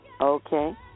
okay